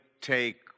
take